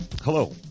Hello